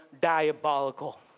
diabolical